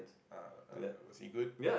uh uh was he good